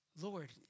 Lord